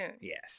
Yes